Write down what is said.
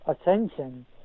ascension